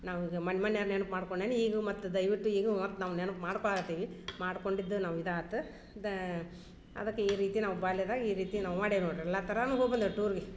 ನಾವು ಈಗ ಮನೆ ಮನ್ಯಾರ್ನ ನೆನ್ಪು ಮಾಡ್ಕೊಂಡೆನ ಈಗ ಮತ್ತು ದಯವಿಟ್ಟು ಈಗ ಮತ್ತೆ ನಾವು ನೆನ್ಪು ಮಾಡ್ಕೊಳಕತ್ತಿವಿ ಮಾಡ್ಕೊಂಡಿದ್ದ ನಾವು ಇದಾತು ದಾ ಅದಕ್ಕೆ ಈ ರೀತಿ ನಾವು ಬಾಲ್ಯದಾಗ ಈ ರೀತಿ ನಾವು ಮಾಡಿವ ನೋಡ್ರಿ ಎಲ್ಲಾ ಥರಾನು ಹೋಗಿ ಬಂದವು ಟೂರ್ಗೆ